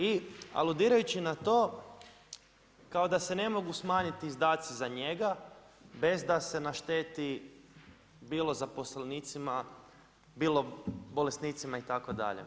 I aludiraju na to kao da se ne mogu smanjiti izdaci za njega bez da se našteti bilo zaposlenicima, bilo bolesnicima itd.